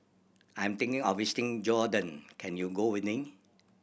I'm thinking of visiting Jordan can you go with me